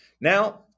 Now